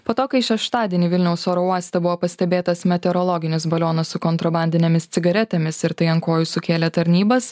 po to kai šeštadienį vilniaus oro uoste buvo pastebėtas meteorologinis balionas su kontrabandinėmis cigaretėmis ir tai ant kojų sukėlė tarnybas